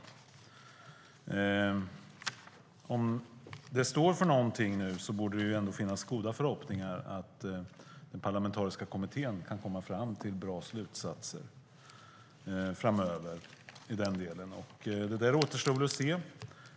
Om det som sägs står för någonting borde det finnas goda förhoppningar att den parlamentariska kommittén kan komma fram till bra slutsatser framöver gällande detta. Det återstår att se.